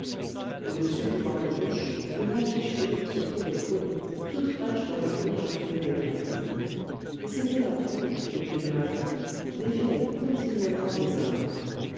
au-dessus du banc de gauche une affiche jaune se trouvait collée toute fraîche dans le gris enfumé des plâtres et c'était là que depuis le matin défilaient continuellement des hommes